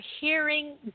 hearing